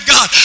God